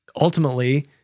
ultimately